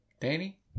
Danny